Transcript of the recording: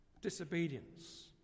Disobedience